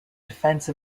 defense